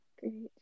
Great